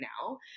now